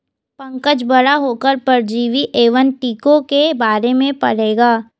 पंकज बड़ा होकर परजीवी एवं टीकों के बारे में पढ़ेगा